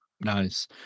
Nice